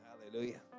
Hallelujah